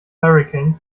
hurrikan